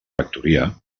rectoria